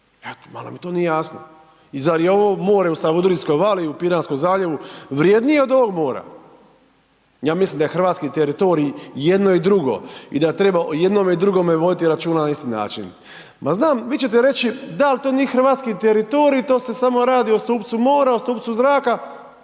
eto, malo mi to nije jasno i zar je ovo more u Savudrijskoj vali i Piranskom zaljevu vrijednije od ovog mora, ja mislim da je hrvatski teritorij i jedno i drugo i da treba o jednome i drugome voditi računa na isti način. Ma znam, vi ćete reći da al to nije hrvatski teritorij, to se samo radi o stupcu mora, o stupcu zraka.